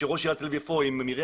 ראש עיריית תל אביב-יפו ומרים